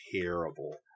terrible